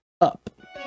up